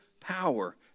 power